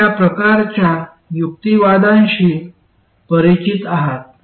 आपण या प्रकारच्या युक्तिवादांशी परिचित आहात